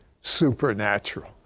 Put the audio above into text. supernatural